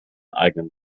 eigenen